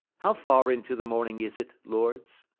how far into the morning is it, lords?